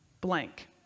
blank